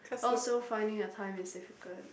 also finding a time is difficult